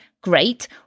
great